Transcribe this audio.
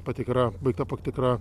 patikra baigta patikra